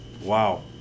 Wow